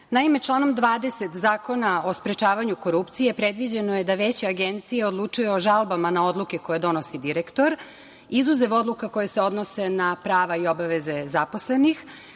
članom 20. Zakona o sprečavanju korupcije predviđeno je da Veće Agencije odlučuje o žalbama na odluke koje donosi direktor, izuzev odluka koje se odnose na prava i obaveza zaposlenih,